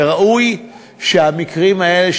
וראוי שבמקרים האלה,